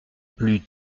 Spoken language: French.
plus